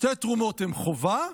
שתי תרומות הן חובה,